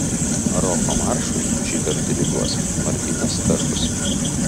roko maršui šįkart diriguos martynas starkus